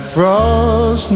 Frost